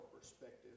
perspective